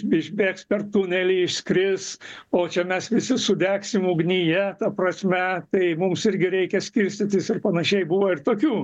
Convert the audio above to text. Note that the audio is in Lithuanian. išbėgs per tunelį išskris o čia mes visi sudegsim ugnyje ta prasme tai mums irgi reikia skirstytis ir panašiai buvo ir tokių